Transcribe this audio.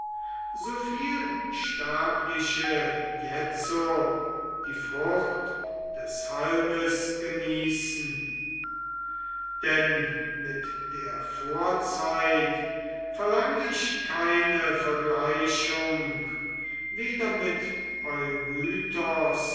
so viel sterbliche jetzo die frucht des halmes genießen denn mit der vorzeit helden verlang ich keine vergleichung weder mit